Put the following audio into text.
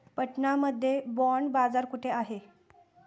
पटना मध्ये बॉंड बाजार कुठे आहे?